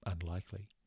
Unlikely